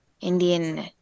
Indian